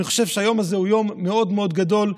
אני חושב שהיום הזה הוא יום מאוד מאוד גדול,